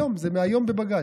היום, זה מהיום, היום בבג"ץ.